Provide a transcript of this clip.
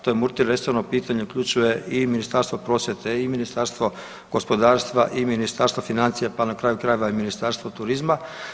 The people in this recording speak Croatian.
To je multi resorno pitanje, uključuje i Ministarstvo prosvjete i Ministarstvo gospodarstva i Ministarstvo financija pa na kraju krajeva i Ministarstvu turizma.